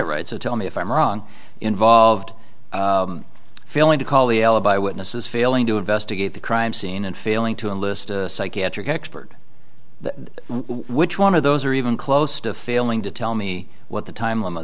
it right so tell me if i'm wrong involved failing to call the alibi witnesses failing to investigate the crime scene and failing to enlist a psychiatric expert which one of those or even close to failing to tell me what the time